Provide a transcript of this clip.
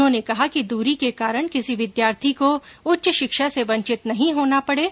उन्होंने कहा कि दूरी के कारण किसी विद्यार्थी को उच्च शिक्षा से वंचित नहीं होना पडे